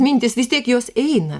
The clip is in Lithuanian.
mintys vis tiek jos eina